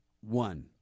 one